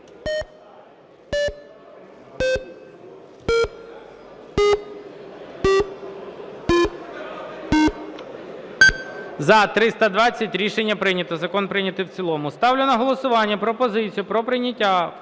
За-320 Рішення прийнято. Закон прийнято в цілому. Ставлю на голосування пропозицію про прийняття